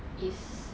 is